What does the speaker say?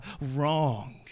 wrong